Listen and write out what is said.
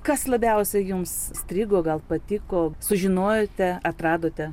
kas labiausiai jums strigo gal patiko sužinojote atradote